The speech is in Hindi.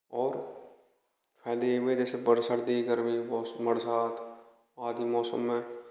और फायदे ये हैं सर्दी गर्मी बरसात आदि मौसम में